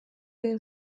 egin